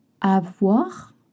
Avoir